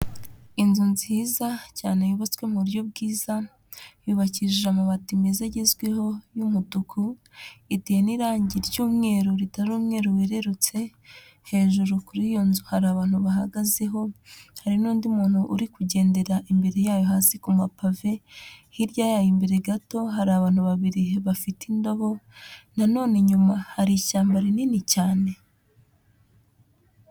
Inzu nziza cyane yubatswe mu buryo bwiza, yubakishije amabati meza agezweho y'umutuku, iteye n'irangi ry'umweru ritari umweru wererutse, hejuru kuri iyo nzu hari abantu bahagazeho, hari n'undi muntu uri kugendera imbere yayo hasi ku mapave, hirya yaho imbere gato hari abantu babiri bafite indabo, na none inyuma hari ishyamba rinini cyane.